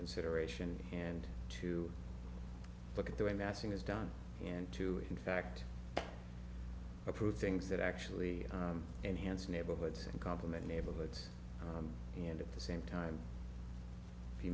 consideration and to look at the way massing is done and to in fact approve things that actually enhance neighborhoods and complement neighborhoods and at the same time be